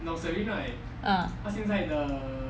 ah